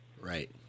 Right